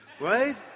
right